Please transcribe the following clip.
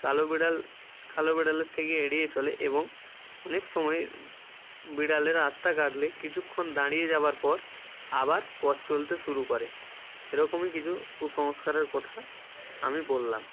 কালো বিড়াল কালো বিড়ালের থেকে এড়িয়ে চলে এবং অনেক সময় বিড়ালে রাস্তা কাটলে কিছুক্ষণ দাঁড়িয়ে যাবার পর আবার পথ চলতে শুরু করে এরকমই কিছু কুসংস্কারের কথা আমি বললাম